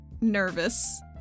nervous